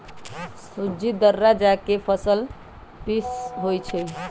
सूज़्ज़ी दर्रा जका पिसल होइ छइ